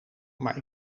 maar